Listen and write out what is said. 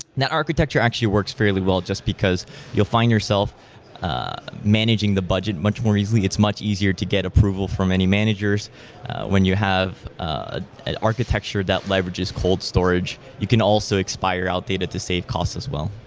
that architecture actually works fairly well just because you'll find yourself managing the budget much more easily. it's much easier to get approval for many managers when you have ah an architecture that leverages cold storage. you can also expire out data to save cost as well